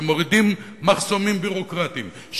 שמורידים מחסומים ביורוקרטיים,